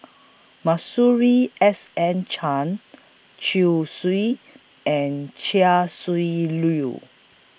Masuri S N Chen Chong Swee and Chia Shi Lu